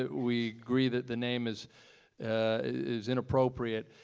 we agree that the name is is inappropriate,